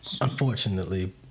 unfortunately